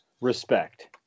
respect